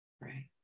right